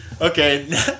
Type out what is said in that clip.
Okay